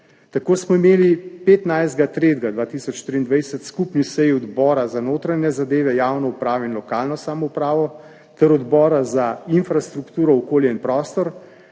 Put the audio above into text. Tako smo imeli 15. 3. 2023 skupni seji Odbora za notranje zadeve, javno upravo in lokalno samoupravo ter Odbora za infrastrukturo, okolje in prostor,